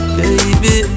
baby